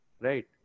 Right